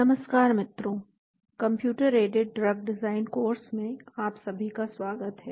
नमस्कार मित्रों computer aided drug design course में आप सभी का स्वागत है